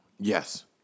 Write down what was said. Yes